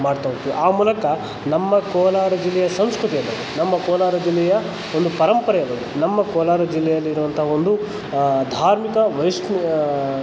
ಮಾಡ್ತಾ ಹೋಗ್ತೀವಿ ಆ ಮೂಲಕ ನಮ್ಮ ಕೋಲಾರ ಜಿಲ್ಲೆಯ ಸಂಸ್ಕೃತಿಯನ್ನು ನಮ್ಮ ಕೋಲಾರ ಜಿಲ್ಲೆಯ ಒಂದು ಪರಂಪರೆಯನ್ನು ನಮ್ಮ ಕೋಲಾರ ಜಿಲ್ಲೆಯಲ್ಲಿರುವಂಥ ಒಂದು ಧಾರ್ಮಿಕ ವೈಷ್ಣ